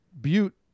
Butte